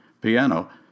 piano